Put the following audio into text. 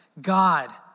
God